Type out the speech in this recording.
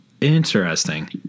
Interesting